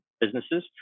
businesses